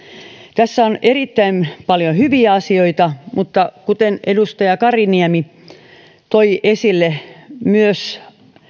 tässä on erittäin paljon hyviä asioita mutta kuten edustaja karimäki toi esille myös